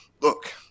Look